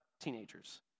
teenagers